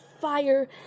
fire